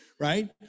right